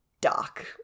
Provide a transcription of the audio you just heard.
dark